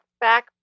back